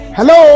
Hello